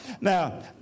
Now